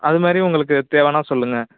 அது மாதிரி உங்களுக்கு தேவைன்னா சொல்லுங்கள்